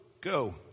Go